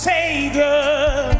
Savior